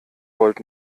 volt